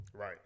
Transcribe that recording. Right